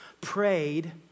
prayed